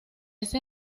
ese